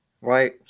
Right